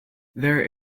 there